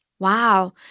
Wow